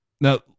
Now